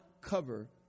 cover